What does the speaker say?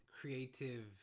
creative